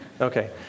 Okay